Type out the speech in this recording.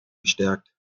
gestärkt